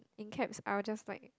in cabs I will just like